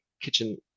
kitchen